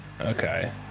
Okay